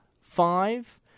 five